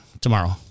Tomorrow